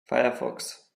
firefox